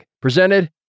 presented